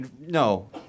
no